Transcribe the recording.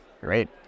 Great